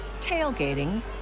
tailgating